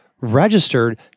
registered